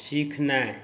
सीखनाइ